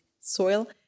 soil